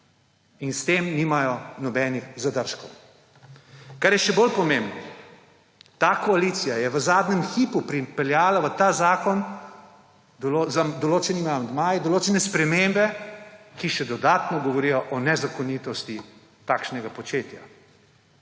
In s tem nimajo nobenih zadržkov. Kar je še bolj pomembno, ta koalicija je v zadnjem hipu pripeljala v ta zakon z določenimi amandmaji določene spremembe, ki še dodatno govorijo o nezakonitosti takšnega početja.